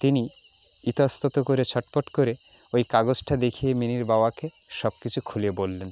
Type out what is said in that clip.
তিনি ইতস্তত করে ছটফট করে ওই কাগজটা দেখিয়ে মিনির বাবাকে সব কিছু খুলে বললেন